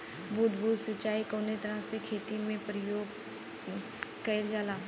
बूंद बूंद सिंचाई कवने तरह के खेती में प्रयोग कइलजाला?